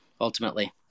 ultimately